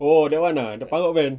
oh that one ah the power band